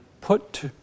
put